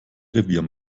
revier